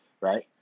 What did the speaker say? right